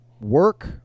work